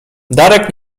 darek